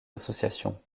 associations